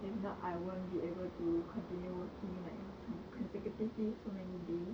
if not I won't be able to continue working like from consecutively so many days